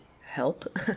Help